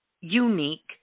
unique